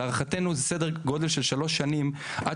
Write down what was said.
להערכתנו זה סדר גודל של שלוש שנים עד